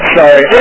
sorry